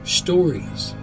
stories